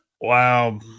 Wow